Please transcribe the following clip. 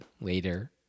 later